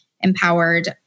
empowered